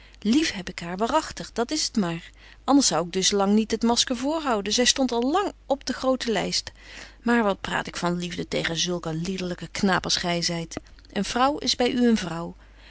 lief heb ik haar waaragtig dat is t maar anders zou ik dus lang niet het masker voorhouden zy stondt al lang op de betje wolff en aagje deken historie van mejuffrouw sara burgerhart grote lyst maar wat praat ik van liefde tegen zulk een liederlyken knaap als gy zyt een vrouw is by u een vrouw